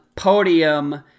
Podium